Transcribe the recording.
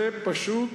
זה פשוט